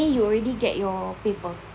may you already get your paper